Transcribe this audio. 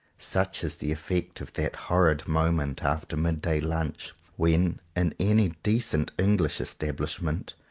such is the effect of that horrid moment after mid-day lunch when, in any decent english estab lishment,